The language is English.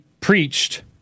preached